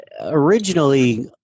originally